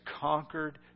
conquered